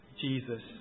Jesus